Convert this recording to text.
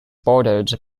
bordered